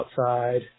outside